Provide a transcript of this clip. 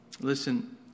Listen